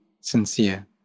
sincere